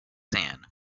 sand